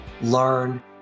learn